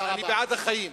אבל אני בעד החיים,